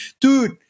dude